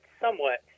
somewhat